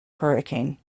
hurricane